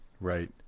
right